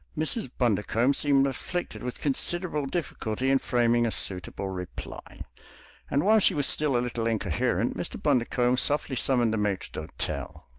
mrs. bundercombe seemed afflicted with considerable difficulty in framing a suitable reply and while she was still a little incoherent mr. bundercombe softly summoned the maitre d'hotel.